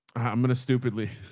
i'm going to stupidly.